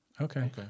okay